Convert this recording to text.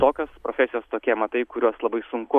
tokios profesijos tokie amatai kuriuos labai sunku